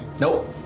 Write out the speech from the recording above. Nope